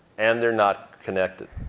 and they're not connected.